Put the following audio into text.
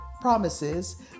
promises